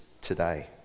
today